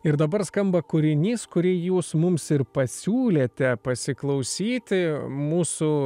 ir dabar skamba kūrinys kurį jūs mums ir pasiūlėte pasiklausyti mūsų